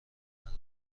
همه